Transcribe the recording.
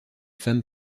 femmes